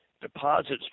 deposits